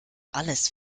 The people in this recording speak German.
alles